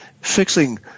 fixing